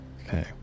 Okay